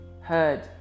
heard